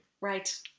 Right